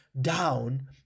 down